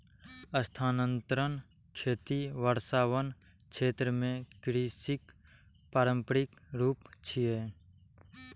स्थानांतरण खेती वर्षावन क्षेत्र मे कृषिक पारंपरिक रूप छियै